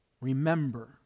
remember